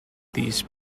these